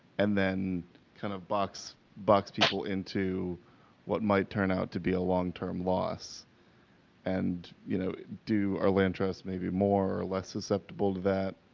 and then kind of box box people into what might turn out to be a long term loss and, you know, do our land trust, maybe more or less susceptible to that?